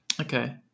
Okay